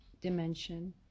Dimension